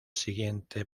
siguiente